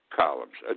columns